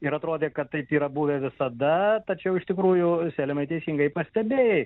ir atrodė kad taip yra buvę visada tačiau iš tikrųjų selemai teisingai pastebėjai